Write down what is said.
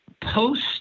Post